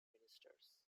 ministers